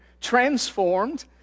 transformed